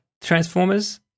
Transformers